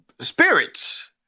spirits